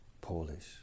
polish